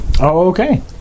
Okay